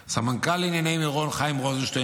סמנכ"ל לענייני מירון חיים רוזנשטיין,